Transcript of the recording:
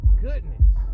goodness